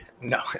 no